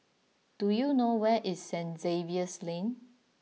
do you know where is Saint Xavier's Lane